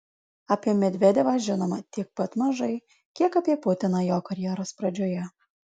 apie medvedevą žinoma tiek pat mažai kiek apie putiną jo karjeros pradžioje